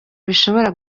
bishobora